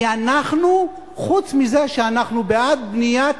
כי אנחנו, חוץ מזה שאנחנו בעד בניית,